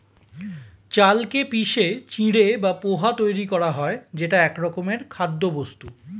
চালকে পিষে চিঁড়ে বা পোহা তৈরি করা হয় যেটা একরকমের খাদ্যবস্তু